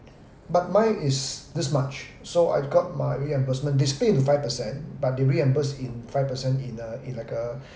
but mine is this much so I've got my reimbursement they split into five percent but they reimburse in five percent in uh in like uh